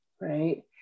right